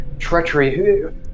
treachery